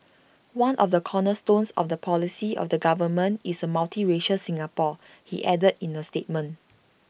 one of the cornerstones of the policy of the government is A multiracial Singapore he added in A statement